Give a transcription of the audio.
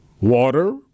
water